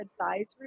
advisory